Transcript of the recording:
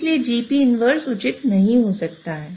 इसलिए Gp 1 उचित नहीं हो सकता है